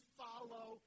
follow